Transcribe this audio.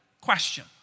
question